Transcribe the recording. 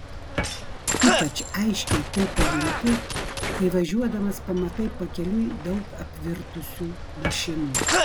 ypač aiškiai tai pajunti kai važiuodamas pamatai pakeliui daug apvirtusių mašinų